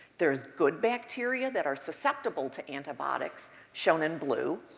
there's good bacteria that are susceptible to antibiotics shown in blue,